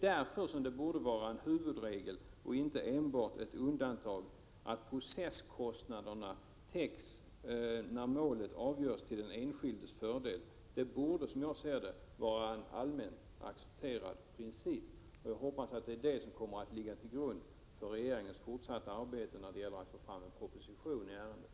Därför borde det vara en huvudregel och inte enbart ett undantag att processkostnaderna täcks när målet avgörs till den enskildes fördel. Det borde vara en allmänt accepterad princip. Jag hoppas att den kommer att ligga till grund för regeringens fortsatta arbete när det gäller att få fram en proposition i ärendet.